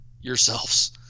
yourselves